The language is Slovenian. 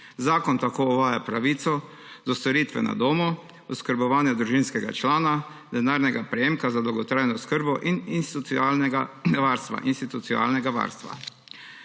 Zakon tako uvaja pravico do storitve na domu, oskrbovanje družinskega člana, denarnega prejemka za dolgotrajno oskrbo in institucionalnega varstva.